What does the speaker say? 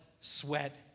sweat